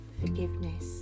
forgiveness